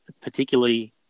particularly